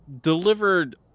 delivered